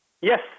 Yes